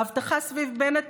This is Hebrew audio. האבטחה סביב בנט